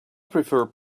prefer